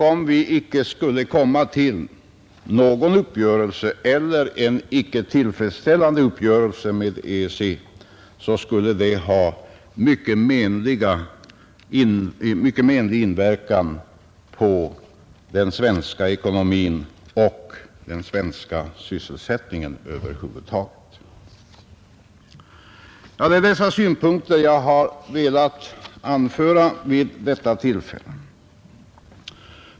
Om vi inte skulle komma till någon uppgörelse eller till en icke tillfredsställande uppgörelse med EEC skulle det ha mycket menlig inverkan på den svenska ekonomin och den svenska sysselsättningen över huvud taget. Det är dessa synpunkter som jag har velat anföra vid detta tillfälle.